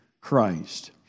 Christ